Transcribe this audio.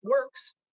works